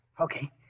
Okay